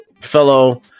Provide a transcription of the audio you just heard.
fellow